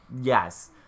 Yes